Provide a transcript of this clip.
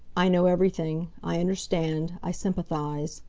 i know everything, i understand, i sympathise.